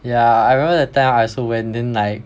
yeah I remember that time I also went then like